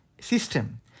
system